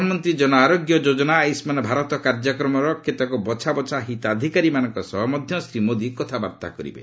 ପ୍ରଧାନମନ୍ତ୍ରୀ ଜନ ଆରୋଗ୍ୟ ଯୋଜନା ଆୟୁଷ୍ମାନ ଭାରତ କାର୍ଯ୍ୟକ୍ରମର କେତେକ ବଛା ବଛା ହିତାଧିକାରୀମାନଙ୍କ ସହ ଶ୍ରୀ ମୋଦୀ କଥାବାର୍ତ୍ତା କରିବେ